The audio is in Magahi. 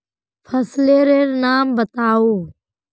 फसल लेर नाम बाताउ?